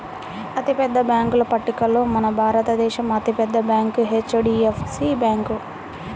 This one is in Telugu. అతిపెద్ద బ్యేంకుల పట్టికలో మన భారతదేశంలో అతి పెద్ద బ్యాంక్ హెచ్.డీ.ఎఫ్.సీ బ్యాంకు